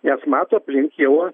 nes mato aplink jau